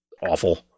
awful